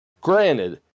Granted